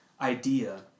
idea